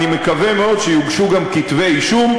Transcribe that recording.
ואני מקווה מאוד שיוגשו גם כתבי-אישום,